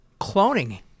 cloning